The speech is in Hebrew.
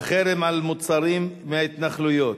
הצעות לסדר-היום בנושא: החרם על מוצרים מההתנחלויות,